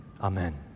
Amen